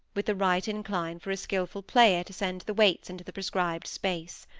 with the right incline for a skilful player to send the weights into the prescribed space.